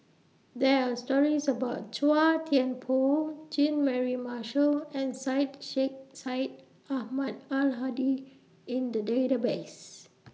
There Are stories about Chua Thian Poh Jean Mary Marshall and Syed Sheikh Syed Ahmad Al Hadi in The Database